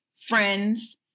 friends